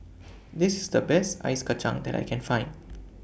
This IS The Best Ice Kachang that I Can Find